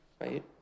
Right